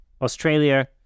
Australia